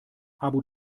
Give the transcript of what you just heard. abu